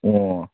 ꯑꯣ